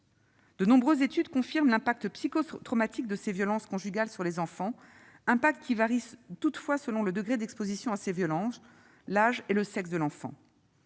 De nombreuses études confirment l'impact psychotraumatique des violences conjugales sur l'enfant, cet impact variant selon le degré d'exposition à ces violences, l'âge et le sexe de l'enfant.